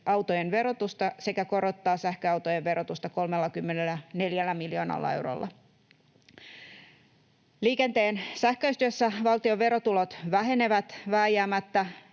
autojen verotusta sekä korottaa sähköautojen verotusta 34 miljoonalla eurolla. Liikenteen sähköistyessä valtion verotulot vähenevät vääjäämättä,